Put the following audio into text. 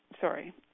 sorry